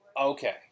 okay